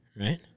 right